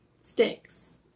Sticks